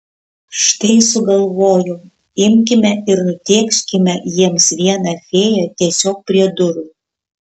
štai sugalvojau imkime ir nutėkškime jiems vieną fėją tiesiog prie durų